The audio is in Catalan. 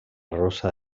rosa